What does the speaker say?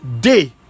day